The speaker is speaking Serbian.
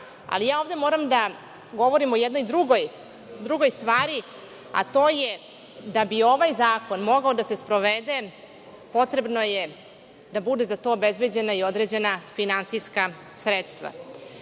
osiguranje. Ovde moram da govorim o jednoj drugoj stvari, a to je da bi ovaj zakon mogao da se sprovede potrebno je da za to budu obezbeđena određena finansijska sredstva.